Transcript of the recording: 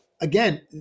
again